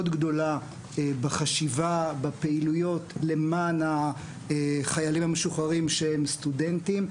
גדולה בחשיבה ובפעילויות למען החיילים המשוחררים שהם סטודנטים.